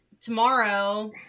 tomorrow